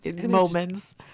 moments